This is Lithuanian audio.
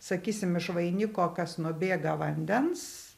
sakysim iš vainiko kas nubėga vandens